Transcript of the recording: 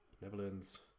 Netherlands